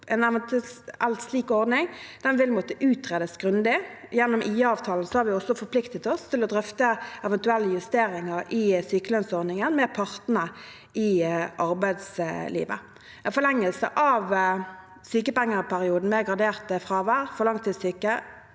En eventuell slik ordning vil måtte utredes grundig. Gjennom IA-avtalen har vi også forpliktet oss til å drøfte eventuelle justeringer i sykelønnsordningen med partene i arbeidslivet. En forlengelse av sykepengeperioden med gradert fravær for langtidssyke